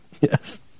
yes